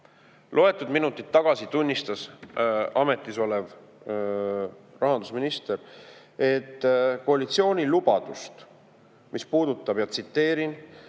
Loetud minutid tagasi tunnistas ametis olev rahandusminister, et koalitsiooni lubadust, mis puudutab, ja tsiteerin: